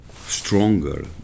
stronger